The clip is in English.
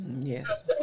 Yes